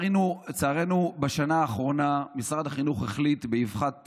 לצערנו, בשנה האחרונה החליט משרד החינוך, באבחת